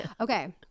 okay